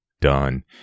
done